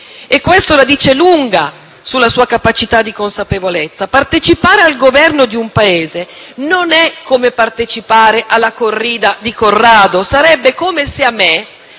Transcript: Questo la dice lunga sulla sua capacità di consapevolezza. Partecipare al Governo di un Paese non è come partecipare al programma "la Corrida" di Corrado. Sarebbe come se a me,